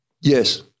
Yes